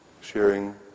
sharing